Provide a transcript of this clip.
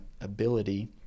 ability